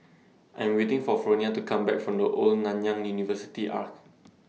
I Am waiting For Fronia to Come Back from The Old Nanyang University Arch